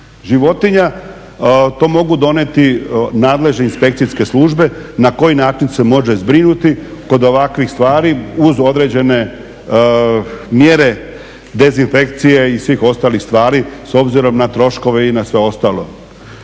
životinja to mogu doneti nadležne inspekcije službe na koji način se može zbrinuti kod ovakvih stvari uz određene mjere dezinfekcije i svih ostalih stvari s obzirom na troškove i na sve ostalo.